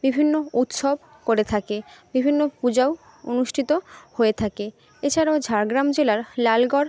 বিভিন্ন উৎসব করে থাকে বিভিন্ন পূজাও অনুষ্ঠিত হয়ে থাকে এছাড়াও ঝাড়গ্রাম জেলার লালগড়